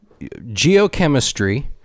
geochemistry